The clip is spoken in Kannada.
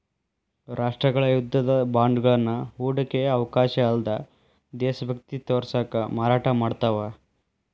ರಾಷ್ಟ್ರಗಳ ಯುದ್ಧದ ಬಾಂಡ್ಗಳನ್ನ ಹೂಡಿಕೆಯ ಅವಕಾಶ ಅಲ್ಲ್ದ ದೇಶಭಕ್ತಿ ತೋರ್ಸಕ ಮಾರಾಟ ಮಾಡ್ತಾವ